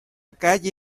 calle